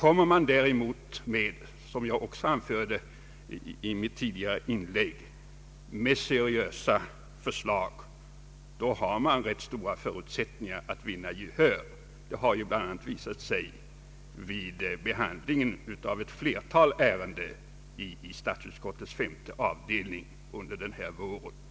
Om man däremot, som jag också sade i mitt tidigare inlägg, lägger fram seriösa förslag, har man rätt stora möjligheter att vinna gehör. Detta har ju visat sig vid behandlingen av ett flertal ärenden i statsutskottets femte avdelning under den här våren.